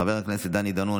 חבר הכנסת דני דנון,